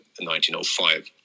1905